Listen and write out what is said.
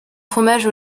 fromage